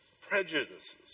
prejudices